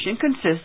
consists